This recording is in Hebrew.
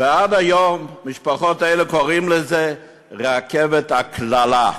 ועד היום המשפחות האלה קוראות לזה "רכבת הקללה".